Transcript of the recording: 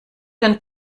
den